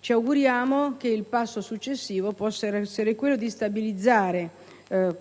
Ci auguriamo che il passo successivo possa essere quello di stabilizzare